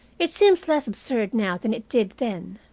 it seems less absurd now than it did then.